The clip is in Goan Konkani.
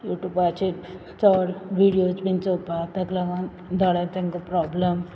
यूट्युबाचेर चोड व्हिडियोज बीन पोवपाक तेक लागोन दोळ्यांचो प्रोब्लम